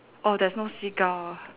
orh there is no seagull